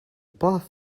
path